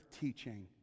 teaching